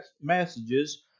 messages